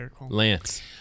Lance